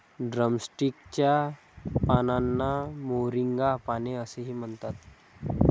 drumstick च्या पानांना moringa पाने असेही म्हणतात